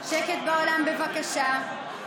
שקט באולם, בבקשה.